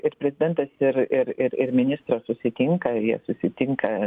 ir prezidentas ir ir ir ir ministras susitinka jie susitinka